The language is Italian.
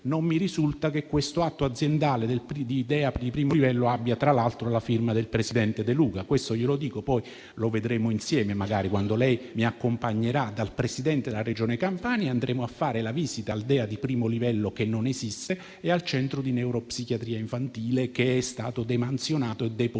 tra l'altro, che questo atto aziendale di DEA di primo livello abbia la firma del presidente De Luca. Glielo dico, poi magari lo vedremo insieme, quando lei mi accompagnerà dal Presidente della Regione Campania e andremo a fare visita al DEA di primo livello, che non esiste, e al centro di neuropsichiatria infantile, che è stato demansionato e depotenziato.